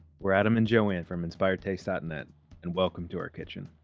we're adam and joanne from inspiredtaste dot net and welcome to our kitchen.